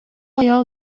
аял